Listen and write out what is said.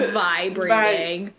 vibrating